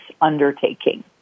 undertaking